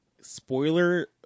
spoiler